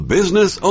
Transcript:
Business